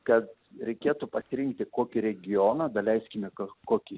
kad reikėtų pasirinkti kokį regioną daleiskime kažkokį